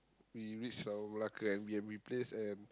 we reachd our Malacca Air-B_N_B place and